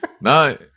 no